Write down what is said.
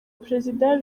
perezida